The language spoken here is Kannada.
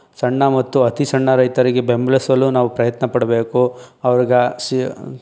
ಸಣ್ಣ ಮತ್ತು ಅತಿ ಸಣ್ಣ ರೈತರಿಗೆ ಬೆಂಬಲಿಸಲು ನಾವು ಪ್ರಯತ್ನ ಪಡಬೇಕು ಅವ್ರ್ಗೆ ಆ ಸಿ